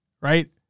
right